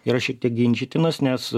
yra šiek tiek ginčytinas nes